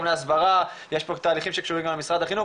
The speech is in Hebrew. להסברה יש פה תהליכים שקשורים גם למשרד החינוך,